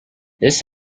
this